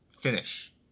finish